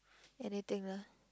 anything lah